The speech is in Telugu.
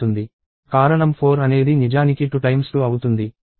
కారణం 4 అనేది నిజానికి 2 2 అవుతుంది